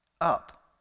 up